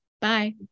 Bye